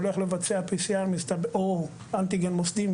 הולך לבצע PCR או אנטיגן מוסדי,